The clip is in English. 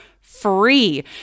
free